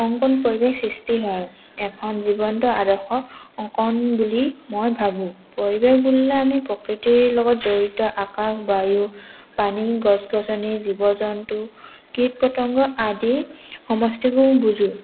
অংকণ পৰিৱেশ সৃষ্টি হয় এখন জীৱন্ত আদৰ্শ অংকণ বুলি মই ভাবোঁ পৰিৱেশ বুলিলে আমি প্ৰকৃতিৰ লগত জড়িত আকাশ বায়ু পানী গছ গছনি জীৱ জন্তু কীট পতংগ আদিৰ সমষ্টবোৰ বুজোঁ